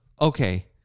Okay